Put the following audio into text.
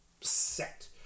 set